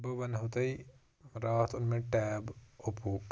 بہٕ وَنہو تۄہہِ راتھ اوٚن مےٚ ٹیب اوٚپوُک